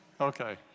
Okay